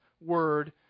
word